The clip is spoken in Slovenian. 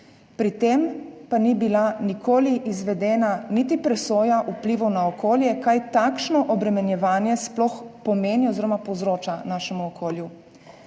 pri tem pa ni bila nikoli izvedena niti presoja vplivov na okolje, kaj takšno obremenjevanje sploh pomeni oziroma povzroča našemu okolju.